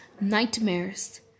nightmares